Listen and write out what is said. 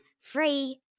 Free